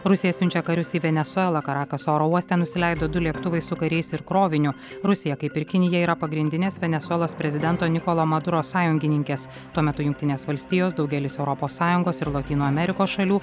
rusija siunčia karius į venesuelą karakaso oro uoste nusileido du lėktuvai su kariais ir kroviniu rusija kaip ir kinija yra pagrindinės venesuelos prezidento nikolo maduro sąjungininkės tuo metu jungtinės valstijos daugelis europos sąjungos ir lotynų amerikos šalių